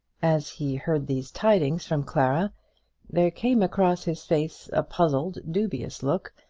as he heard these tidings from clara there came across his face a puzzled, dubious look,